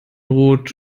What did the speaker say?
rot